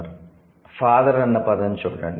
'father' అన్న పదం చూడండి